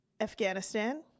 Afghanistan